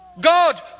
God